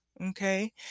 okay